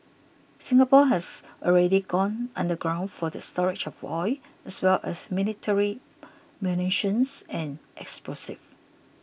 Singapore has already gone underground for the storage of oil as well as military munitions and explosives